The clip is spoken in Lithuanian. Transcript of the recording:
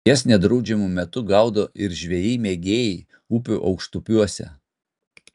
jas nedraudžiamu metu gaudo ir žvejai mėgėjai upių aukštupiuose